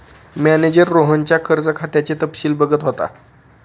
manager रोहनच्या कर्ज खात्याचे तपशील बघत होता